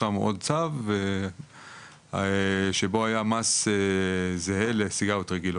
פורסם עוד צו שבו היה מס זהה לסיגריות רגילות,